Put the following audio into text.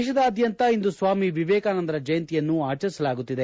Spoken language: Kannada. ದೇಶದಾದ್ಯಂತ ಇಂದು ಸ್ವಾಮಿ ವಿವೇಕಾನಂದರ ಜಯಂತಿಯನ್ನು ಆಚರಿಸಲಾಗುತ್ತಿದೆ